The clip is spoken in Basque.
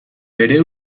bere